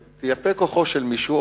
תייפה את כוחו של מישהו,